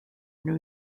new